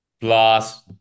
plus